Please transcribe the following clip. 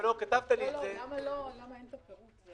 ולמה לא כתבת לי את זה --- למה אין פירוט לפנינו?